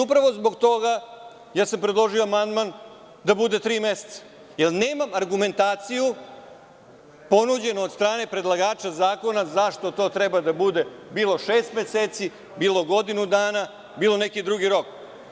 Upravo zbog toga sam predložio amandman da bude tri meseca, jer nemam argumentaciju ponuđenu od strane predlagača zakona zašto to treba da bude, bilo šest meseci, bilo godinu dana, bilo neki drugi rok.